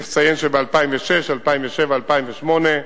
צריך לציין שב-2006, 2007, 2008,